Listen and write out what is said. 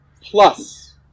plus